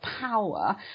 power